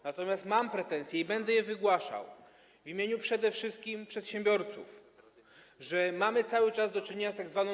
Natomiast mam pretensje, i będę je zgłaszał w imieniu przede wszystkim przedsiębiorców, o to, że mamy cały czas do czynienia z tzw.